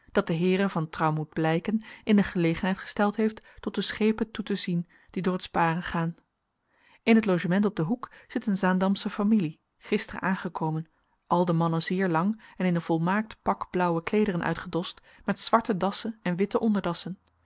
dat de heeren van trou moet blijcken in de gelegenheid gesteld heeft tot de schepen toe te zien die door t sparen gaan in t logement op den hoek zit een zaandamsche familie gisteren aangekomen al de mannen zeer lang en in een volmaakt pak blauwe kleederen uitgedost met zwarte dassen en witte onderdassen